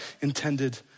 intended